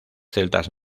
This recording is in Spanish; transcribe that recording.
celtas